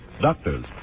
doctors